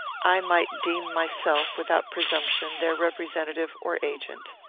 i might deem myself, without presumption, their representative or agent.